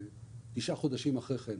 תשעה חודשים אחרי כן,